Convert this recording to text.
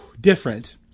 different